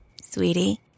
Sweetie